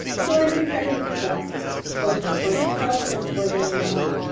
so i'm incredibly blessed both for their health and for their love.